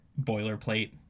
boilerplate